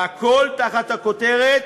והכול תחת הכותרת